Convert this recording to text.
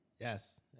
Yes